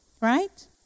right